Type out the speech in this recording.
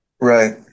Right